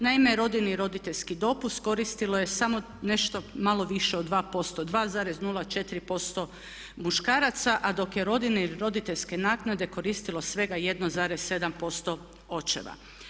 Naime, rodiljni i roditeljski dopust koristilo je samo nešto malo više od 2%, 2,04% muškaraca a dok je rodiljne ili roditeljske naknade koristilo svega 1,7% očeva.